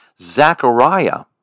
Zechariah